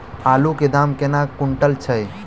आलु केँ दाम केना कुनटल छैय?